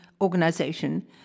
organization